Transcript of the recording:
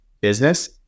business